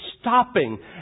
stopping